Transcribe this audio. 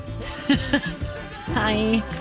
hi